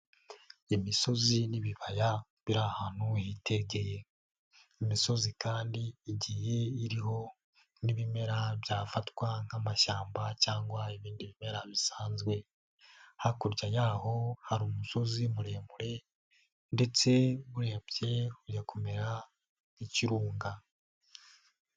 Imisozi n'ibibaya biri ahantu hitegeye, imisozi kandi igihe iriho n'ibimera byafatwa nk'amashyamba cyangwa ibindi bimera bisanzwe, hakurya y'aho hari umusozi muremure ndetse urebye ujya kumera nk'ikirunga.